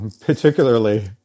particularly